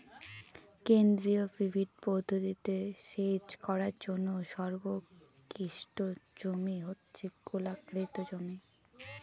কেন্দ্রীয় পিভট পদ্ধতিতে সেচ করার জন্য সর্বোৎকৃষ্ট জমি হচ্ছে গোলাকৃতি জমি